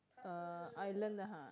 uh island 的 ha